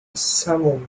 salmon